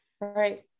Right